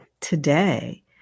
today